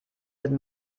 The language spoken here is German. sind